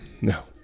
no